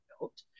built